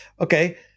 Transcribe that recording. Okay